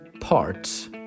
parts